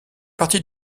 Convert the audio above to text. partie